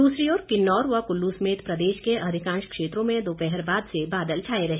दूसरी ओर किन्नौर व कुल्लू समेत प्रदेश के अधिकांश क्षेत्रों में दोपहर बाद से बादल छाए रहे